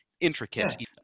intricate